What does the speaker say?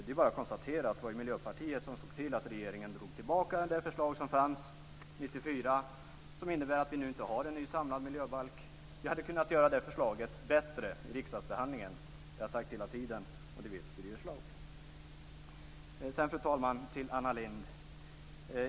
Det är bara att konstatera: Det var Miljöpartiet som såg till att regeringen drog tillbaka det förslag som fanns 1994, vilket innebär att vi nu inte har en ny samlad miljöbalk. Vi hade kunnat göra det förslaget bättre i riksdagsbehandlingen. Det har jag sagt hela tiden, och det vet Birger Schlaug. Sedan, fru talman, vänder jag mig till Anna Lindh.